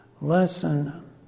lesson